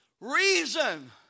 reason